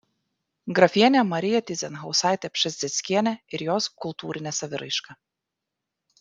grafienė marija tyzenhauzaitė pšezdzieckienė ir jos kultūrinė saviraiška